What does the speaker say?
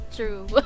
true